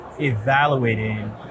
evaluating